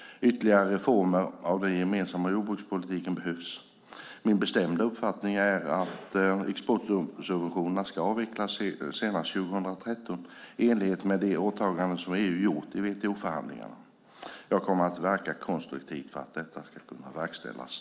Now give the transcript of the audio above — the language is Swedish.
Ytterligare reformer av den gemensamma jordbrukspolitiken behövs. Min bestämda uppfattning är att exportsubventionerna ska avvecklas senast 2013 i enlighet med de åtaganden som EU gjort i WTO-förhandlingarna. Jag kommer att verka konstruktivt för att detta ska kunna verkställas.